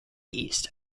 east